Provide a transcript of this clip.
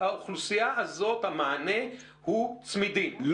לאוכלוסייה הזו, המענה הוא צמידים.